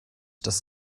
das